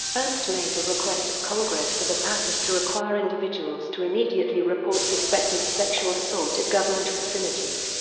ernst made the request of congress for the passage to require individuals to immediately report suspected sexual assault at government facilities.